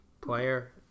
player